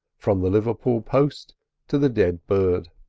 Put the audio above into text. from the liverpool post to the dead bird.